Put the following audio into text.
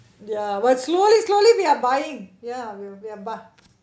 ya but slowly slowly we are buying ya we are we are buy